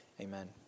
Amen